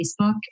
Facebook